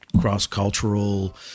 cross-cultural